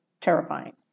terrifying